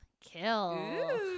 kill